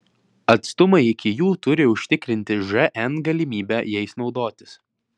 atstumai iki jų turi užtikrinti žn galimybę jais naudotis